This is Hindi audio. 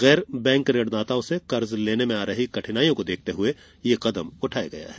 गैर बैंक ऋणदाताओं से कर्ज लेने में आ रही कठिनाइयों को देखते हुए यह कदम उठाया है